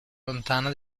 lontana